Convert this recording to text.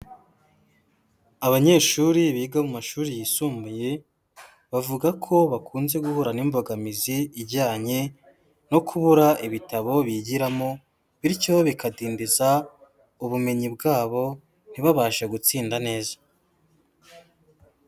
Abanyeshuri biga mu mashuri yisumbuye bavuga ko bakunze guhura n'imbogamizi ijyanye no kubura ibitabo bigiramo bityo bikadindiza ubumenyi bwabo ntibabashe gutsinda neza.